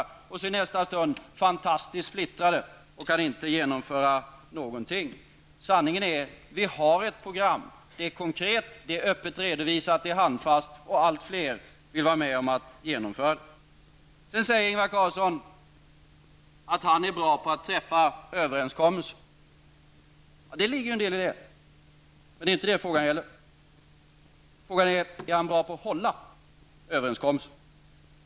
I nästa stund anses vi däremot vara fantastiskt splittrade och kan inte genomföra någonting. Sanningen är att vi har ett program. Det är konkret, öppet redovisat och handfast. Allt fler vill vara med om att genomföra det. Ingvar Carlsson säger att han är bra på att träffa överenskommelser. Det ligger en del i det, men det är inte det frågan gäller. Frågan gäller om han är bra på att hålla överenskommelser.